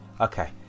Okay